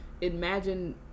imagine